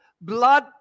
blood